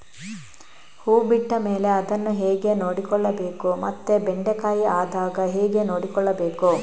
ಹೂ ಬಿಟ್ಟ ಮೇಲೆ ಅದನ್ನು ಹೇಗೆ ನೋಡಿಕೊಳ್ಳಬೇಕು ಮತ್ತೆ ಬೆಂಡೆ ಕಾಯಿ ಆದಾಗ ಹೇಗೆ ನೋಡಿಕೊಳ್ಳಬೇಕು?